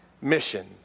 mission